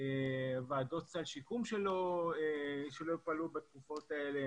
למשל ועדות סל שיקום שלא פעלו בתקופות האלה